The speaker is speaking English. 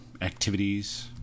Activities